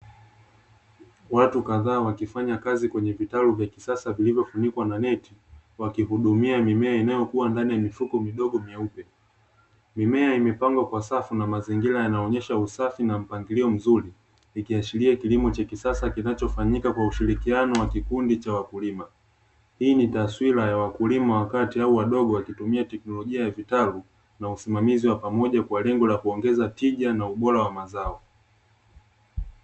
Watu kadhaa wakifanya kazi kwenye vitalu vya kisasa vilivyofunikwa na neti, wakihudumia mimea inayokuwa ndani ya mifuko midogo meupe, mimea imepangwa kwa safu na mazingira yanaonesha usafi na mpangilio mzuri, ikiashiria kilimo cha kisasa kinachofanyika kwa ushirikiano wa kikundi cha wakulima, hii ni taswira ya wakulima , wakati hao wadogo wakitumia teknolojia ya vitalu na usimamizi wa pamoja kwa lengo la kuongeza tija na ubora wa mazao.